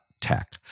tech